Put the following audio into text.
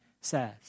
says